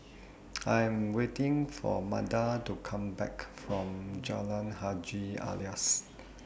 I Am waiting For Manda to Come Back from Jalan Haji Alias